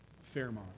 Fairmont